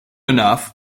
enough